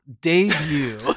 debut